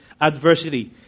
Adversity